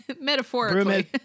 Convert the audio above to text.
metaphorically